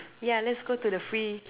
yeah let's go to the free